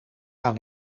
aan